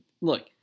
look